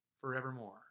forevermore